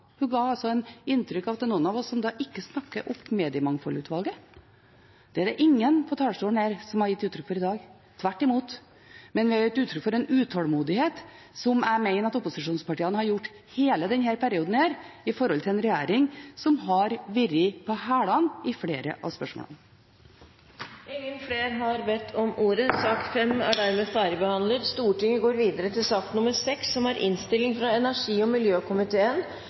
Hun ga inntrykk av at det er noen av oss som ikke snakker opp Mediemangfoldsutvalget. Det er det ingen som har gitt uttrykk for fra talerstolen her i dag, tvert imot, men vi har gitt uttrykk for en utålmodighet, slik jeg mener opposisjonspartiene har gjort i hele denne perioden i forhold til en regjering som har vært på hælene i flere av spørsmålene. Flere har ikke bedt om ordet til sak nr. 5. Etter ønske fra energi- og miljøkomiteen vil presidenten foreslå at taletiden begrenses til 5 minutter til hver partigruppe og